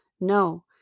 No